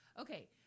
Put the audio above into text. Okay